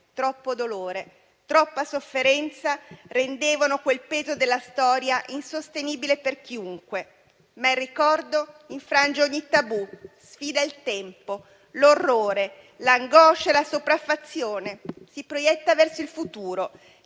Troppo dolore, troppa sofferenza rendevano quel peso della storia insostenibile per chiunque, ma il ricordo infrange ogni tabù, sfida il tempo, l'orrore, l'angoscia e la sopraffazione. Si proietta verso il futuro,